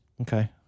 Okay